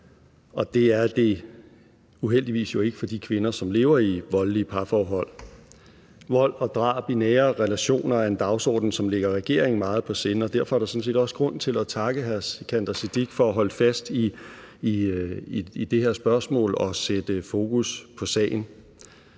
og det er det jo uheldigvis ikke for de kvinder, som lever i voldelige parforhold. Vold og drab i nære relationer er en dagsorden, som ligger regeringen meget på sinde, og derfor er der sådan set også grund til at takke hr. Sikandar Siddique for at holde fast i det her spørgsmål og sætte fokus på sagen.